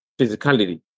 physicality